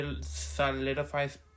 solidifies